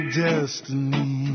destiny